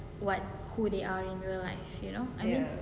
what who they are in real life you know I mean